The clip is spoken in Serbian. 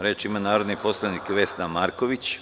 Reč ima narodni poslanik Vesna Marković.